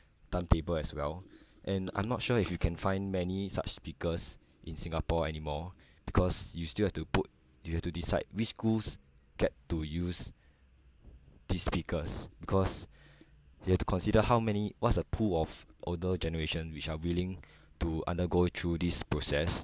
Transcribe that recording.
timetable as well and I'm not sure if you can find many such speakers in singapore anymore because you still have to put you have to decide which schools get to use these speakers because you have to consider how many what's the pool of older generation which are willing to undergo through this process